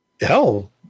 hell